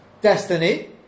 destiny